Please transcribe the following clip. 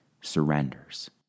surrenders